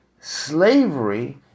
slavery